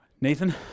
Nathan